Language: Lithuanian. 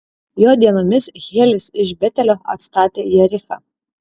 jo dienomis hielis iš betelio atstatė jerichą